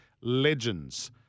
legends